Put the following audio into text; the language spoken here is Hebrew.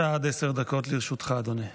היום